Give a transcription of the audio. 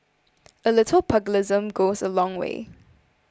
a little pugilism goes a long way